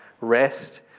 rest